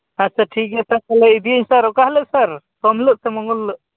ᱟᱪᱪᱷᱟ ᱴᱷᱤᱠᱜᱮᱭᱟ ᱥᱟᱨ ᱛᱟᱦᱚᱞᱮ ᱤᱫᱤᱭᱟᱹᱧ ᱥᱟᱨ ᱚᱠᱟ ᱦᱤᱞᱳᱜ ᱥᱟᱨ ᱥᱳᱢ ᱦᱤᱞᱳᱜ ᱥᱮ ᱢᱚᱝᱜᱚᱞ ᱦᱤᱞᱳᱜ